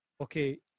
Okay